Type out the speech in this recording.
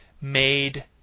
made